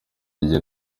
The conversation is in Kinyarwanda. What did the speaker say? igihe